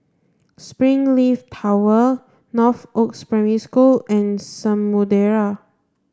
Springleaf Tower Northoaks Primary School and Samudera